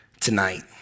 tonight